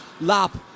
lap